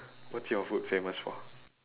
what's your hood famous for